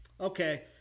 Okay